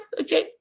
okay